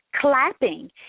Clapping